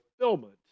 fulfillment